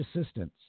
assistance